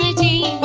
d